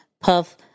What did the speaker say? Puff